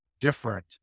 different